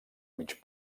mig